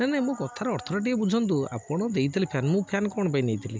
ନାଇଁ ନାଇଁ କଥାର ଅର୍ଥଟା ଟିକେ ବୁଝନ୍ତୁ ଆପଣ ଦେଇଥିଲେ ଫ୍ୟାନ୍ ମୁଁ ଫ୍ୟାନ୍ କଣ ପାଇଁ ନେଇଥିଲି